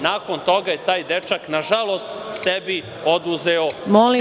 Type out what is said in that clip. Nakon toga je taj dečak, nažalost, sebi oduzeo život.